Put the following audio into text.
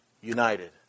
united